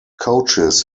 coaches